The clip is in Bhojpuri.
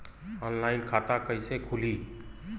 ऑनलाइन खाता कइसे खुली?